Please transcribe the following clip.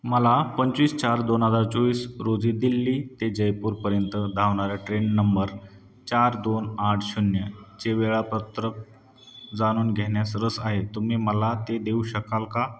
मला पंचवीस चार दोन हजार चोवीस रोजी दिल्ली ते जयपूरपर्यंत धावणाऱ्या ट्रेन नंबर चार दोन आठ शून्यचे वेळापत्रक जाणून घेण्यास रस आहे तुम्ही मला ते देऊ शकाल का